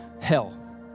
hell